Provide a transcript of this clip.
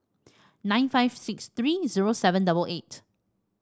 nine five six three zero seven double eight